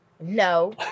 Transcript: no